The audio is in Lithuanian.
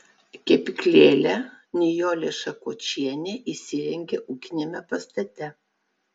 kepyklėlę nijolė šakočienė įsirengė ūkiniame pastate